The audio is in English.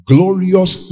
Glorious